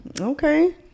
Okay